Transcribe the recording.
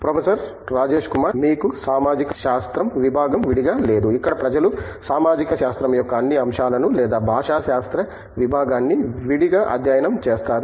professor Rajesh Kumar మీకు సామాజిక శాస్త్రం విభాగం విడిగా లేదు ఇక్కడ ప్రజలు సామాజిక శాస్త్రం యొక్క అన్ని అంశాలను లేదా భాషాశాస్త్ర విభాగాన్ని విడిగా అధ్యయనం చేస్తారు